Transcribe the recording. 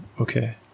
Okay